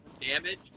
damage